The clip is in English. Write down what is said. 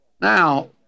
Now